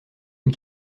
une